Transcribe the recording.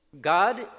God